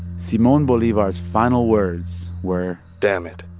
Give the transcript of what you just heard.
simon bolivar's final words were. damn it.